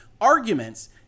arguments